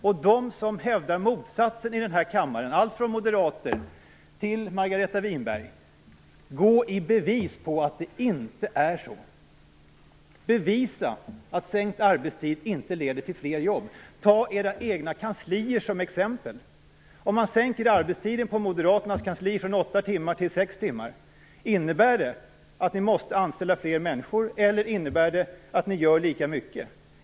Jag uppmanar dem i denna kammare som hävdar motsatsen - alla från moderater till Margareta Winberg - att bevisa att det inte är så. Bevisa att sänkt arbetstid inte leder till fler jobb! Ta era egna kanslier som exempel. Om man sänker arbetstiden på Moderaternas kansli från åtta timmar till sex timmar, innebär det att ni måste anställa fler människor eller innebär det att ni gör lika mycket?